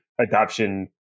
adoption